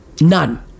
None